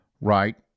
right